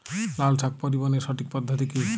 লালশাক পরিবহনের সঠিক পদ্ধতি কি?